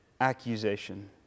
accusation